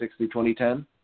2010